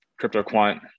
CryptoQuant